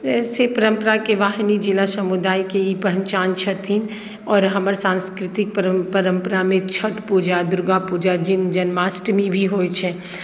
एहिसँ परम्पराके वाहनि जिला समुदायके ही पहचान छथिन आओर हमर सांस्कृतिक पर परम्परामे छठि पूजा दुर्गा पूजा जन जन्माष्टमी भी होइ छै